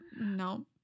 No